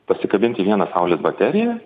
pasikabinti vieną saulės bateriją